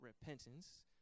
repentance